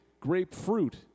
Grapefruit